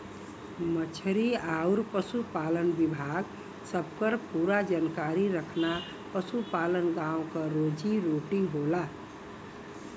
मछरी आउर पसुपालन विभाग सबकर पूरा जानकारी रखना पसुपालन गाँव क रोजी रोटी होला